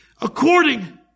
According